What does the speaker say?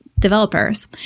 Developers